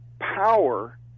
power